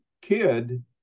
kid